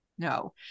No